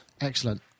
Excellent